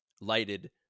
lighted